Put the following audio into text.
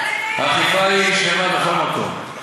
האכיפה היא שווה בכלל מקום.